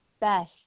best